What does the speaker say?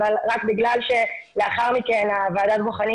אבל רק בגלל שלאחר מכן ועדת הבוחנים